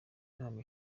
nama